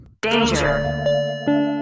danger